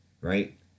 right